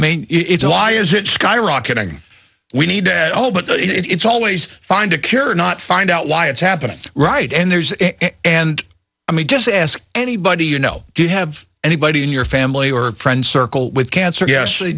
mean it's a lie is it skyrocketing we need at all but it's always find a cure or not find out why it's happening right and there's and i mean just ask anybody you know do you have anybody in your family or friends circle with cancer yes they